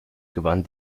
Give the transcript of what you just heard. gewann